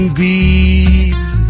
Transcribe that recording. beads